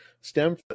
stem